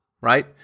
right